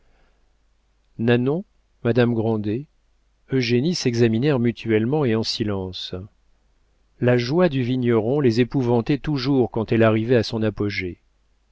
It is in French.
nanon madame grandet eugénie s'examinèrent mutuellement et en silence la joie du vigneron les épouvantait toujours quand elle arrivait à son apogée